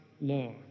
law